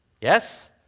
Yes